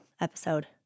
episode